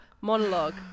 monologue